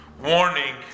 warning